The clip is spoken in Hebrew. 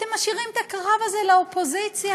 אתם משאירים את הקרב הזה לאופוזיציה.